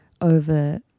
over